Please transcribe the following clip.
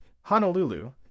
Honolulu